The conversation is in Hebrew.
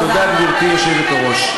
תודה, גברתי היושבת-ראש.